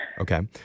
Okay